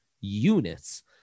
units